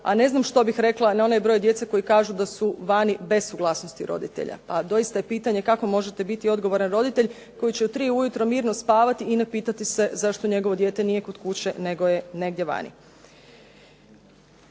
a ne znam što bih rekla na onaj broj djece koji kažu da su vani bez suglasnosti roditelja a doista je pitanje kako možete biti odgovoran roditelj koji će u 3 ujutro mirno spavati i ne pitati se zašto njegovo dijete nije kod kuće nego je negdje vani.